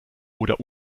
oder